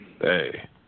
hey